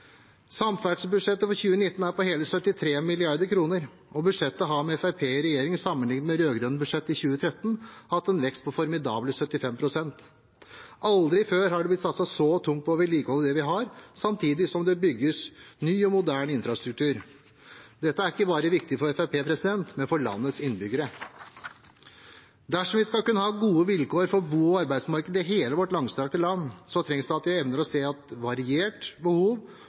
Samferdselsbudsjettet for 2019 er på hele 73 mrd. kr. Budsjettet har med Fremskrittspartiet i regjering, sammenlignet med de rød-grønnes budsjett i 2013, hatt en vekst på formidable 75 pst. Aldri før har det blitt satset så tungt på å vedlikeholde det vi har, samtidig som det bygges ny og moderne infrastruktur. Dette er ikke bare viktig for Fremskrittspartiet, men også for landets innbyggere. Dersom vi skal kunne ha gode vilkår for bo- og arbeidsmarkeder i hele vårt langstrakte land, trengs det at vi evner å se at et variert behov